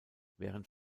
während